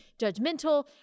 judgmental